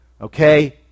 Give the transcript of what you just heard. okay